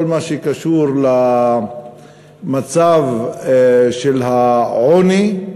כל מה שקשור למצב של העוני,